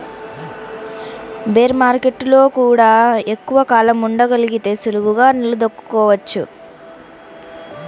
bear మార్కెట్టులో గూడా ఎక్కువ కాలం ఉండగలిగితే సులువుగా నిలదొక్కుకోవచ్చు